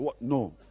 No